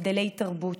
עם הבדלי תרבות,